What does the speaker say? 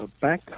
Back